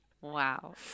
Wow